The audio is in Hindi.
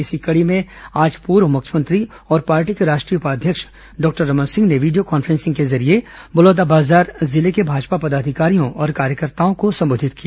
इसी कड़ी में आज पूर्व मुख्यमंत्री और पार्टी के राष्ट्रीय उपाध्यक्ष डॉक्टर रमन सिंह ने वीडियो कॉन्फ्रेंसिंग के जरिये बलौदाबाजार जिले के भाजपा पदाधिकारियों और कार्यकर्ताओं को संबोधित किया